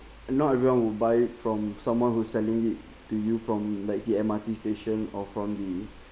not everyone will buy it from someone who's selling it to you from like the M_R_T station or from the